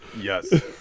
yes